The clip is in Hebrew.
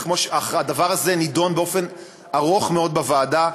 אך הדבר הזה נדון באופן ארוך מאוד בוועדה,